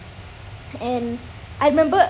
and I remember